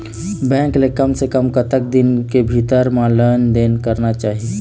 Bank ले कम से कम कतक दिन के भीतर मा लेन देन करना चाही?